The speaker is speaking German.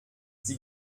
sie